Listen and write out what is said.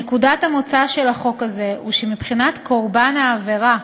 נקודת המוצא של החוק הזה הייתה שמבחינת קורבן העבירה,